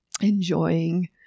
enjoying